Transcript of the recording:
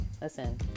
listen